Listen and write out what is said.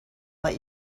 let